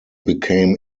became